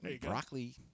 Broccoli